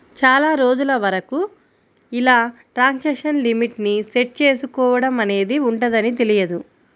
చాలా రోజుల వరకు ఇలా ట్రాన్సాక్షన్ లిమిట్ ని సెట్ చేసుకోడం అనేది ఉంటదని తెలియదు